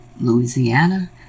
Louisiana